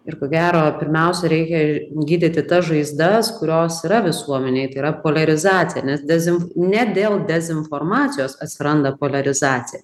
ir ko gero pirmiausia reikia gydyti tas žaizdas kurios yra visuomenėj tai yra poliarizacija nes dezinf ne dėl dezinformacijos atsiranda poliarizacija